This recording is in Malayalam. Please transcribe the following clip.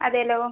അതെയല്ലോ